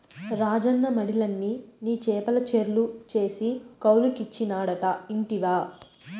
రాజన్న మడిలన్ని నీ చేపల చెర్లు చేసి కౌలుకిచ్చినాడట ఇంటివా